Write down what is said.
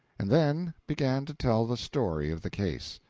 and then began to tell the story of the case.